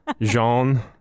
jean